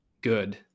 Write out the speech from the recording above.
Good